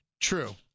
True